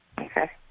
Okay